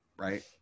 right